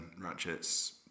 ratchets